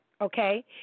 okay